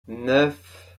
neuf